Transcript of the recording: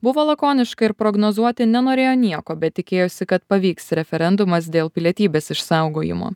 buvo lakoniška ir prognozuoti nenorėjo nieko bet tikėjosi kad pavyks referendumas dėl pilietybės išsaugojimo